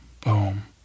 boom